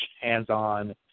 hands-on